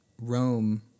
Rome